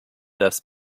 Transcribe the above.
das